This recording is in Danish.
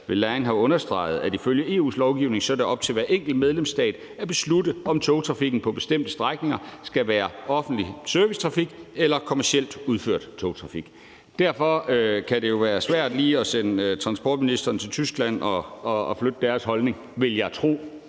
Vălean har understreget, at ifølge EU's lovgivning er det op til hver enkelt medlemsstat at beslutte, om togtrafikken på bestemte strækninger skal være offentlig servicetrafik eller kommercielt udført togtrafik. Derfor kan det jo være svært lige at sende transportministeren til Tyskland og flytte på deres holdning, vil jeg tro.